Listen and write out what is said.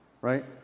right